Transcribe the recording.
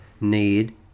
need